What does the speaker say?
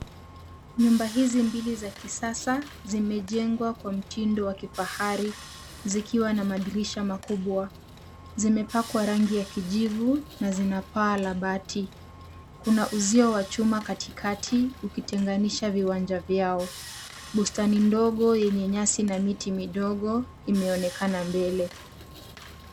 Nyumba hizi mbili za kiasasa zimejengwa kwa mtindo wa kifahari zikiwa na madirisha makubwa. Zimepakwa rangi ya kijivu na zina paa la bati. Kuna uzio wa chuma katikati ukitenganisha viwanja vyao. Bustani ndogo yenye nyasi na miti midogo imeonekana mbele.